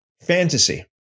fantasy